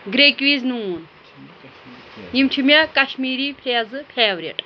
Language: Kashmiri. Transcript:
گرٛیکہِ ویٖز نوٗن یِم چھِ مےٚ کشمیٖری فرٛیزٕ فیورِٹ